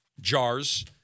jars